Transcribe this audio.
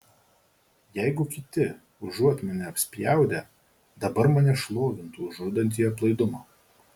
jeigu kiti užuot mane apspjaudę dabar mane šlovintų už žudantį aplaidumą